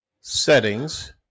settings